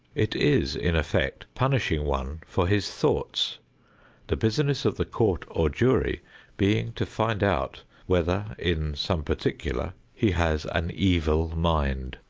it is in effect punishing one for his thoughts the business of the court or jury being to find out whether in some particular he has an evil mind.